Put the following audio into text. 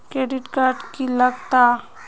Credit card की लागत?